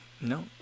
no